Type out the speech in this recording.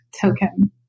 token